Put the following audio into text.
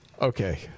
Okay